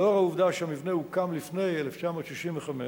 לאור העובדה שהמבנה הוקם לפני 1965,